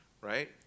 right